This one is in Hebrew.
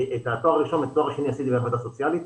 את התואר הראשון ותואר שני עשיתי בעבודה סוציאלית.